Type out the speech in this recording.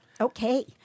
Okay